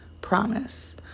promise